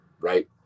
Right